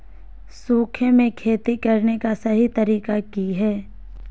सूखे में खेती करने का सही तरीका की हैय?